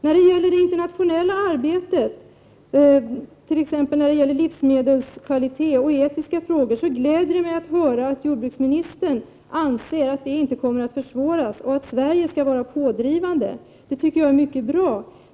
När det gäller det internationella arbetet med t.ex. livsmedelskvalitet och etiska frågor gläder det mig att höra att jordbruksministern anser att det inte kommer att försvåras och att Sverige skall vara pådrivande. Det tycker jag är mycket bra.